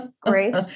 Great